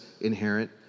inherent